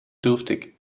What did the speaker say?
dürftig